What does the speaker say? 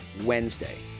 Wednesday